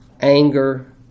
Anger